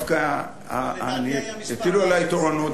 דווקא הטילו עלי תורנות,